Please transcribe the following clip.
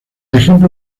ejemplo